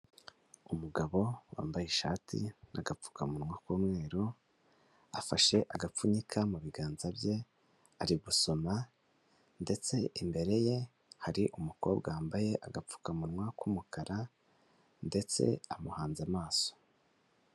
Umugabo wambaye ishati n'agapfukamunwa k'umweru, afashe agapfunyika mu biganza bye ari gusoma, ndetse imbere ye hari umukobwa wambaye agapfukamunwa k'umukara, ndetse amuhanze amaso.